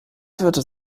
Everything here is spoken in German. führte